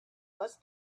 was